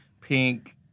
Pink